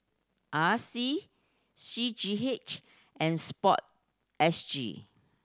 R C C G H and Sport S G